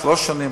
לשלוש שנים,